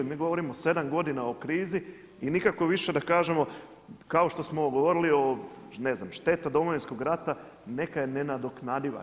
Mi govorimo 7 godina o krizi i nikako više da kažemo kao što smo govorili o ne znam šteta Domovinskog rata neka je nenadoknadiva.